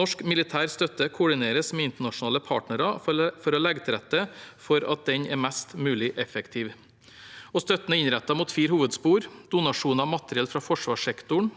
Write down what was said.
Norsk militær støtte koordineres med internasjonale partnere for å legge til rette for at den er mest mulig effektiv. Støtten er innrettet mot fire hovedspor: – donasjoner av materiell fra forsvarssektoren